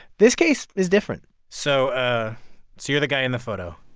this case is different so ah so you're the guy in the photo?